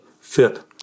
fit